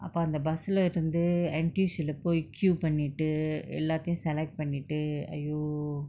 அப்ப அந்த:appa andtha bus lah இருந்து:irunthu N_T_U_C lah போய்:poai queue பண்ணிட்டு எல்லாத்தையும்:pannittu ellaathayum select பண்ணிட்டு:pannittu !aiyo!